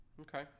Okay